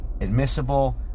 admissible